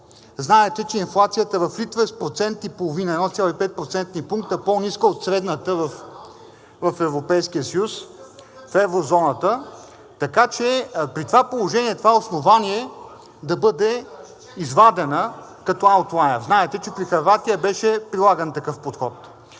Знаете, че инфлацията в Литва е с процент и половина – 1,5 процентни пункта, по-ниска от средната в Европейския съюз, в еврозоната, така че при това положение това основание да бъде извадено като аутлаер. Знаете, че при Хърватия беше прилаган такъв подход.